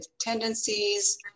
tendencies